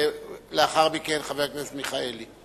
ולאחר מכן, חבר הכנסת מיכאלי.